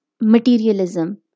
materialism